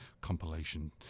compilation